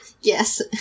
yes